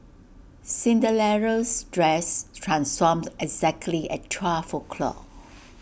dress transformed exactly at twelve o'clock